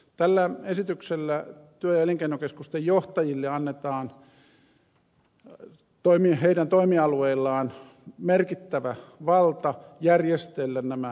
tällä esityksellä työ ja elinkeinokeskusten johtajille annetaan toimialueellaan merkittävä valta järjestellä nämä palvelut